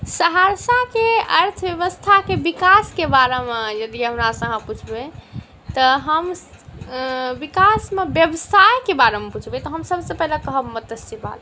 सहरसाके अर्थव्यवस्थाके विकासके बारेमे यदि हमरासँ आहाँ पुछबै तऽ हम विकासमे बेवसाइके बारेमे पुछबै तऽ हम सबसँ पहिले कहब मत्स्य पालन